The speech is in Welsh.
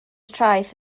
traeth